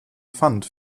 pfand